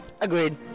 Agreed